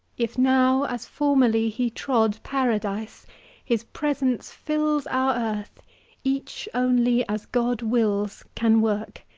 if now as formerly he trod paradise his presence fills our earthy each only as god wills can work